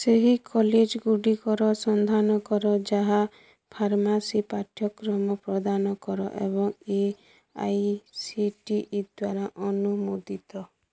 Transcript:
ସେହି କଲେଜ୍ଗୁଡ଼ିକର ସନ୍ଧାନ କର ଯାହା ଫାର୍ମାସୀ ପାଠ୍ୟକ୍ରମ ପ୍ରଦାନ କର ଏବଂ A I C T E ଅନୁମୋଦିତ